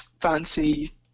fancy